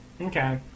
Okay